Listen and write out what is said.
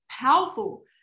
powerful